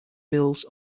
bills